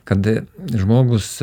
kad žmogus